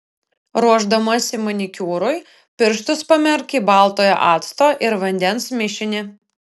ruošdamasi manikiūrui pirštus pamerk į baltojo acto ir vandens mišinį